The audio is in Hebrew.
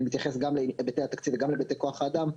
אני מתייחס גם להיבטי התקציב וגם להיבטי כוח האדם,